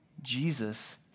Jesus